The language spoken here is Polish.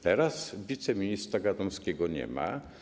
Teraz wiceministra Gadomskiego nie ma.